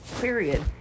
period